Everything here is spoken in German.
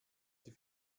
die